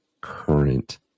current